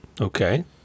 Okay